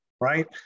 right